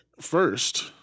first